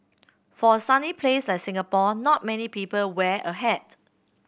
for a sunny place like Singapore not many people wear a hat